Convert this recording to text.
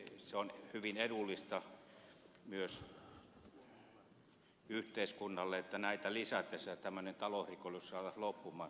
se on hyvin edullista myös yhteiskunnalle että näitä lisättäisiin ja talousrikollisuus saataisiin loppumaan